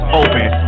open